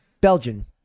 Belgian